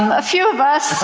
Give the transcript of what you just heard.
a few of us.